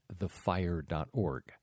thefire.org